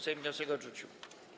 Sejm wniosek odrzucił.